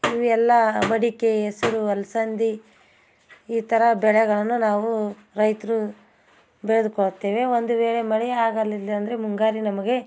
ಇವೆಲ್ಲ ಮಡಿಕೆ ಹೆಸ್ರು ಅಲ್ಸಂದೆ ಈ ಥರ ಬೆಳೆಗಳನ್ನು ನಾವು ರೈತರು ಬೆಳೆದುಕೊಳ್ತೇವೆ ಒಂದು ವೇಳೆ ಮಳೆ ಆಗಲಿಲ್ಲ ಅಂದರೆ ಮುಂಗಾರು ನಮಗೆ